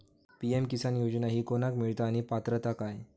PM किसान योजना ही कोणाक मिळता आणि पात्रता काय?